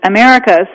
America